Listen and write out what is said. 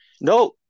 No